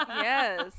yes